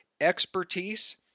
expertise